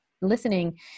listening